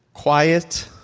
quiet